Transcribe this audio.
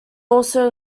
also